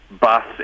bus